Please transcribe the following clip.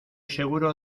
seguro